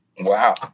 Wow